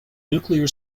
nuclear